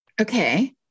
okay